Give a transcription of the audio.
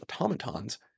automatons